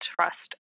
trust